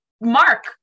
mark